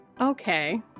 okay